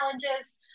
challenges